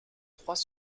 trois